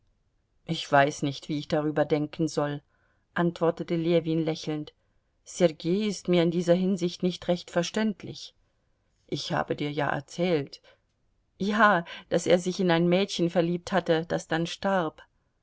ich weiß nicht wie ich darüber denken soll antwortete ljewin lächelnd sergei ist mir in dieser hinsicht nicht recht verständlich ich habe dir ja erzählt ja daß er sich in ein mädchen verliebt hatte das dann starb